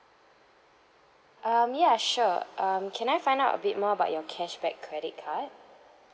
um ya sure um can I find out a bit more about your cashback credit card